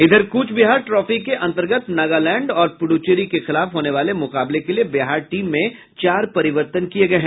इधर कूच विहार ट्रॉफी के अंतर्गत नागालैंड और पुड्चेरी के खिलाफ होने वाले मुकाबले के लिये बिहार टीम में चार परिवर्तन किये गये हैं